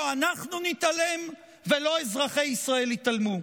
לא אנחנו נתעלם ולא אזרחי ישראל יתעלמו,